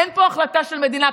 אין פה החלטה של מדינה.